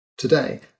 Today